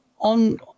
on